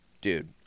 dude